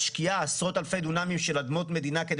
משקיעה עשרות אלפי דונמים של אדמות מדינה כדי